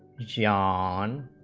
john